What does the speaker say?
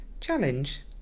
challenge